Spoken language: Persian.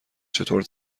چطور